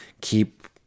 keep